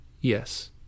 Yes